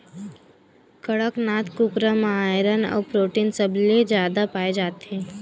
कड़कनाथ कुकरा म आयरन अउ प्रोटीन सबले जादा पाए जाथे